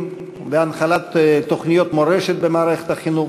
ובהנחלת תוכניות מורשת במערכת החינוך,